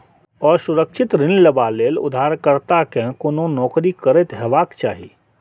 असुरक्षित ऋण लेबा लेल उधारकर्ता कें कोनो नौकरी करैत हेबाक चाही